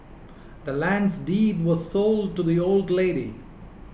the land's deed was sold to the old lady